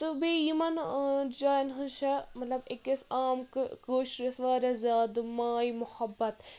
تہٕ بیٚیہِ یِمَن جایَن ہٕنٛز چھےٚ مطلب أکِس عام کٲشرِس واریاہ زیادٕ ماے مُحبت